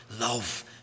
love